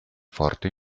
forte